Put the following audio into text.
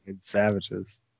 savages